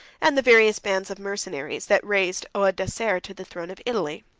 and the various bands of mercenaries, that raised odoacer to the throne of italy.